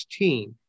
16